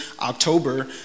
October